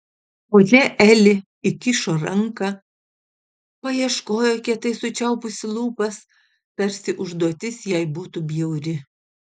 ponia eli įkišo ranką paieškojo kietai sučiaupusi lūpas tarsi užduotis jai būtų bjauri